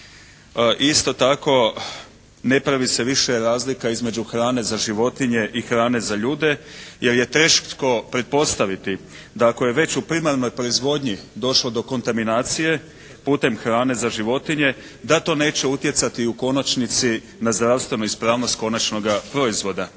Isto tako ne pravi se više razlika između hrane za životinje i hrane za ljude jer je teško pretpostaviti da ako je već u primarnoj proizvodnji došlo do kontaminacije putem hrane za životinje da to neće utjecati u konačnici na zdravstvenu ispravnost konačnoga proizvoda.